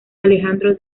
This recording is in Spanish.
alejandro